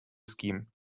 scheme